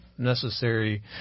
necessary